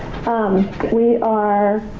um we are